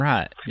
Right